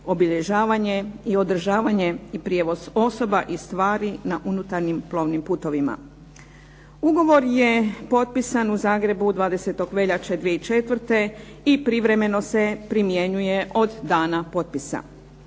obilježavanje i održavanje i prijevoz osoba i stvari na unutarnjim plovnim putovima. Ugovor je potpisan u Zagrebu 20. veljače 2004. i privremeno se primjenjuje od dana potpisa.